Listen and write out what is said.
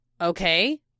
okay